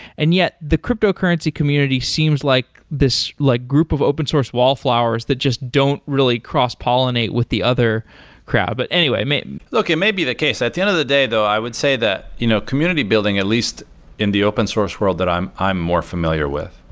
and yet the cryptocurrency community seems like this like group of open source wallflowers that just don't really cross-pollinate with the other crowd. but anyway look, it may be the case. at the end of the day though i would say that you know community building, at least in the open source world that i'm i'm more familiar with,